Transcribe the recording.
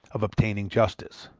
of obtaining justice.